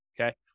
okay